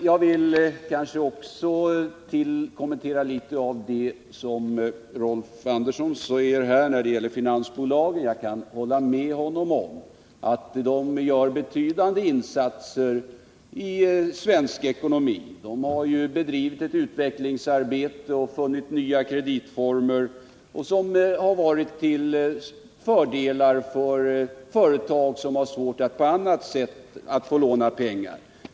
Jag kan hålla med Rolf Andersson om att finansbolagen gör betydande insatser i svensk ekonomi — de har bedrivit utvecklingsarbete och funnit nya kreditformer, vilket har varit till fördel för företag som har svårt att på annat sätt få låna pengar.